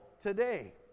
today